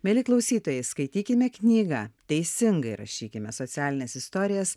mieli klausytojai skaitykime knygą teisingai rašykime socialines istorijas